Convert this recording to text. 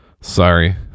sorry